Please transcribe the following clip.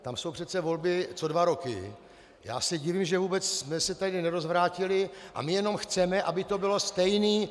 Tam jsou přece volby co dva roky a já se divím, že vůbec jsme se tady nerozvrátili, a my jenom chceme, aby to bylo stejné...